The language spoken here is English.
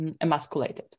emasculated